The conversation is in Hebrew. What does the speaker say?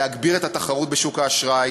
להגביר את התחרות בשוק האשראי,